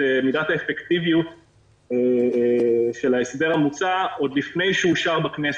מידת האפקטיביות של ההסדר המוצע עוד לפני שהוא אושר בכנסת.